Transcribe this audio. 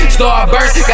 starburst